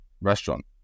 restaurant